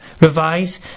revise